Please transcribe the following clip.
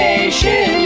Nation